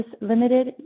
Limited